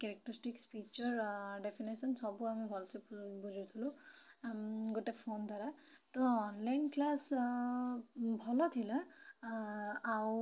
characteristic feature definition ସବୁ ଆମେ ଭଲ୍ସେ ବୁଝୁଥିଲୁ ଆମ ଗୋଟେ ଫୋନ୍ ଦ୍ୱାରା ତ ଅନଲାଇନ୍ କ୍ଲାସ୍ ଭଲ୍ ଥିଲା ଆଉ